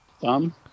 thumb